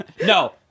no